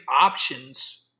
options